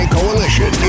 Coalition